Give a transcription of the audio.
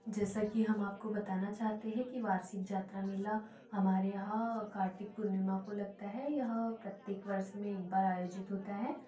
जैसा की हम आपको बताना चाहते है की वार्षिक यात्रा मेला हमारे यहाँ कार्तिक पूर्णिमा को लगता है यह प्रत्येक वर्ष में एक बार आयोजित होता है